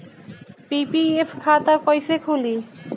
PPF खाता कैसे खुली?